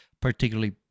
particularly